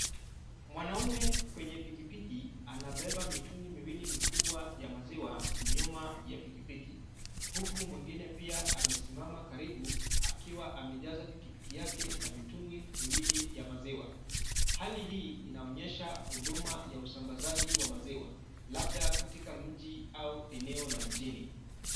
Mwanaume kwenye pikipiki anabeba mitungi miwili mikubwa ya maziwa nyuma ya pikipiki, huku mwingine pia amesimama karibu akiwa amejaza pikipiki yake na mitungi miwili ya maziwa. Hali hii inaonyesha huduma ya usambazaji wa maziwa labda katika mji au eneo la mjini.